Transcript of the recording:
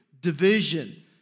division